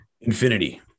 infinity